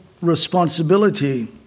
responsibility